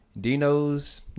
dino's